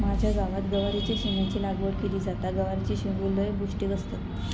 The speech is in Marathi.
माझ्या गावात गवारीच्या शेंगाची लागवड केली जाता, गवारीचे शेंगो लय पौष्टिक असतत